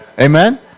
Amen